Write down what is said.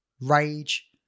Rage